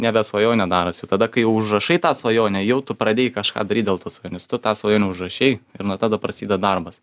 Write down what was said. nebe svajonė darosi jau tada kai jau užrašai tą svajonę jau tu pradėjai kažką daryt dėl tos svajonės tu tą svajonę užrašei ir nuo tada prasideda darbas